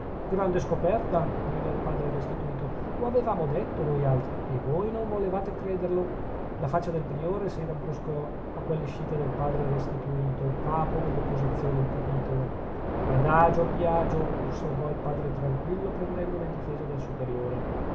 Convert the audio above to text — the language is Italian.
grande scoperta gridò il padre restituto lo avevamo detto noi altri e voi non volevate crederlo la faccia del priore si rabbruscò a quell'escita del padre restituto capo dell'opposizione in capitolo adagio biagio osservò il padre tranquillo prendendo le difese del superiore